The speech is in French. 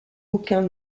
aucun